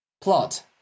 plot